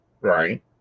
Right